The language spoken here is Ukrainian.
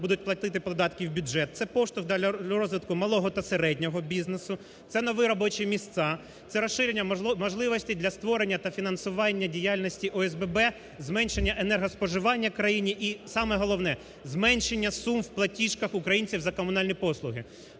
будуть платити податки в бюджет, це поштовх для розвитку малого та середнього бізнесу, це нові робочі місця, це розширення можливостей для створення та фінансування діяльності ОСББ, зменшення енергоспоживання в країні і, саме головне, зменшення сум в платіжках українців за комунальні послуги.